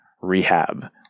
rehab